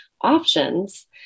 options